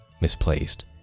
misplaced